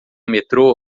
metrô